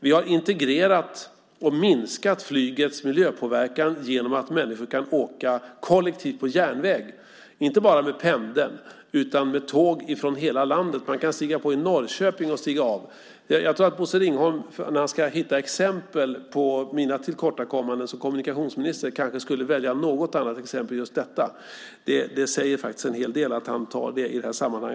Vi har integrerat trafiken och därigenom minskat flygets miljöpåverkan genom att människor kan åka kollektivt på järnväg, inte bara med pendeln utan med tåg från hela landet. Man kan stiga på i Norrköping och stiga av i Arlanda. Jag tror att Bosse Ringholm, när han ska hitta exempel på mina tillkortakommanden som kommunikationsminister, kanske skulle välja något annat exempel än just detta. Det säger en hel del att han tar upp det i detta sammanhang.